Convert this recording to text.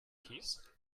keys